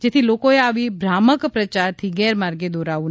જેથી લોકોએ આવા ભ્રામક પ્રચારથી ગેરમાર્ગે દોરાવુ નહિ